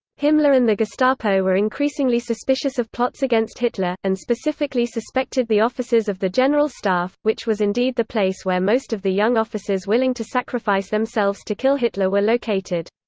himmler and the gestapo were increasingly suspicious of plots against hitler, and specifically suspected the officers of the general staff, which was indeed the place where most of the young officers willing to sacrifice themselves to kill hitler were located.